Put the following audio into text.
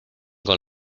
con